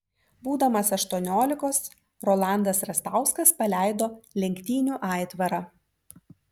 būdamas aštuoniolikos rolandas rastauskas paleido lenktynių aitvarą